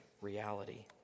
reality